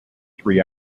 three